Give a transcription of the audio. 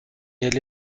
elle